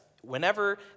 whenever